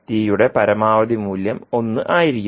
tയുടെ പരമാവധി മൂല്യം 1 ആയിരിക്കും